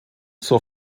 zur